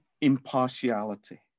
Impartiality